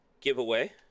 giveaway